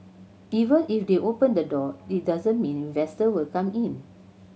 even if they open the door it doesn't mean investor will come in